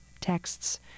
texts